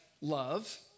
love